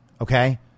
Okay